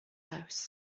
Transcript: house